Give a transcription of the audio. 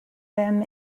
them